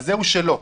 אז זהו שלא.